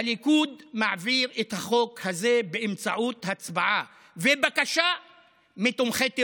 הליכוד מעביר את החוק הזה באמצעות הצבעה ובקשה מתומכי טרור.